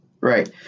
Right